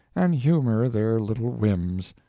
and humor their little whims,